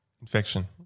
Infection